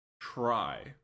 Try